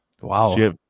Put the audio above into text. Wow